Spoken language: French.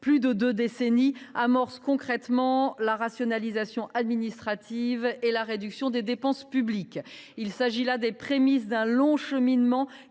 plus de deux décennies, celle ci vise à amorcer concrètement la rationalisation administrative et la réduction des dépenses. Il s’agit là des prémices d’un long cheminement